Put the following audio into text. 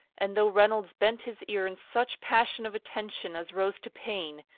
and though reynolds bent his ear in such passion of attention as rose to pain,